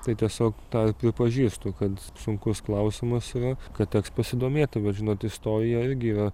tai tiesiog tą ir pripažįstu kad sunkus klausimas yra kad teks pasidomėti vat žinot istorija irgi yra